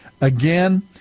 again